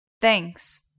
Thanks